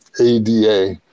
ada